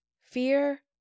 fear